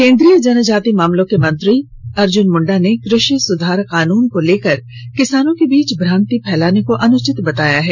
केंद्रीय जनजाति मामलों के मंत्री अर्जुन मुंडा ने कृषि सुधार कानून को लेकर किसानों के बीच भ्रांति फैलाने को अनुचित बताया है